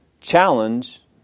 challenge